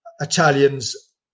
Italians